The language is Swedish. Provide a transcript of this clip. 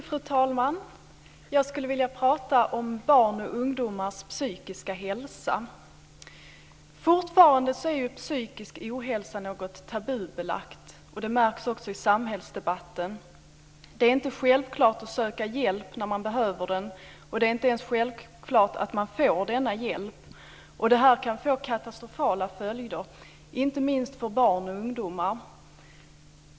Fru talman! Jag skulle vilja tala om barns och ungdomars psykiska hälsa. Fortfarande är psykisk ohälsa något tabubelagt, och det märks också i samhällsdebatten. Det är inte självklart att söka hjälp när man behöver den, och det är inte ens självklart att man får denna hjälp. Detta kan få katastrofala följder, inte minst för barn och ungdomar.